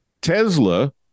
Tesla